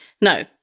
No